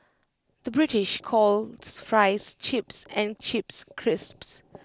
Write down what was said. the British calls Fries Chips and Chips Crisps